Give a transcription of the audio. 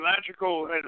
magical